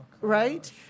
Right